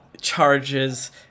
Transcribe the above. charges